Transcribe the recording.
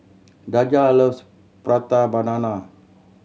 Daja loves Prata Banana